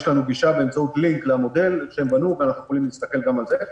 יש לנו גישה באמצעות לינק למודל שהם בנו ואנחנו יכולים להסתכל גם על זה.